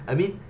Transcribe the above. I mean